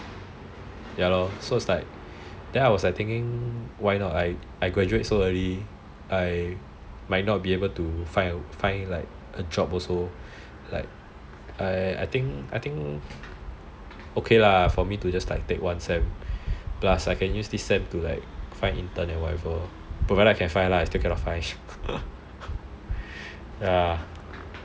ya lor so it's like then I was thinking why not I graduate so early I might not be able to find a job also like I think it's okay lah for me to just take one sem plus I can use this sem to find intern or whatever provided I find lah but I still cannot find